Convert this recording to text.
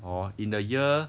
hor in the year